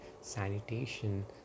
sanitation